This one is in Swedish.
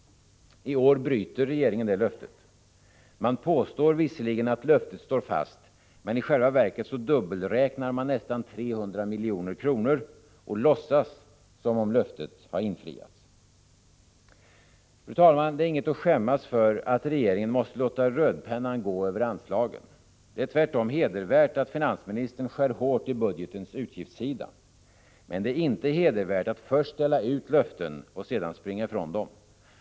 I år bryter regeringen det löftet. Man påstår visserligen att löftet står fast, men i själva verket dubbelräknar man nästan 300 milj.kr. och låtsas som om löftet har infriats. Fru talman! Det är inget att skämmas för att regeringen måste låta rödpennan gå över anslagen. Det är tvärtom hedervärt att finansministern skär hårt i budgetens utgiftssida. Men det är inte hedervärt att först ställa ut löften och sedan springa ifrån dem.